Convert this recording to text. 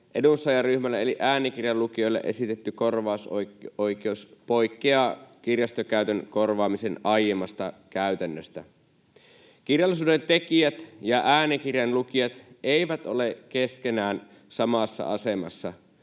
edunsaajaryhmälle eli äänikirjan lukijoille esitetty korvausoikeus poikkeaa kirjastokäytön korvaamisen aiemmasta käytännöstä. Kirjallisuuden tekijät ja äänikirjan lukijat eivät ole keskenään samassa asemassa